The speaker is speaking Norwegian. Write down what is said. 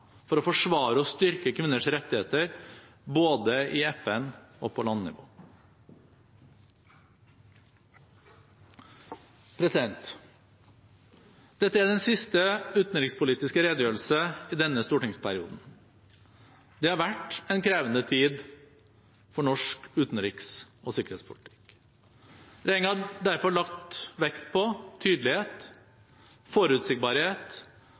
for å forsvare og styrke kvinners rettigheter både i FN og på landnivå. Dette er den siste utenrikspolitiske redegjørelse i denne stortingsperioden. Det har vært en krevende tid for norsk utenriks- og sikkerhetspolitikk. Regjeringen har derfor lagt vekt på tydelighet, forutsigbarhet,